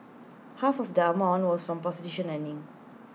half of that amount was from prostitution earnings